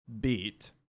beat